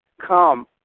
Come